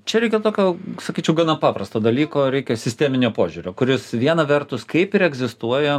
čia reikia tokio sakyčiau gana paprasto dalyko reikia sisteminio požiūrio kuris viena vertus kaip ir egzistuoja